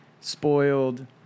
spoiled